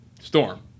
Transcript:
storm